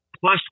Plus